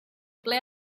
ple